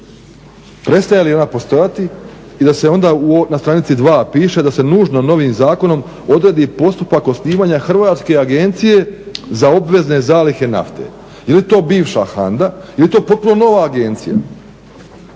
Prestaje li ona postojati i da se onda na stranici 2. piše da se nužno novim zakonom odredi postupak osnivanja Hrvatske agencije za obvezne zalihe nafte. Je li to bivša HANDA, je li to potpuno nova agencija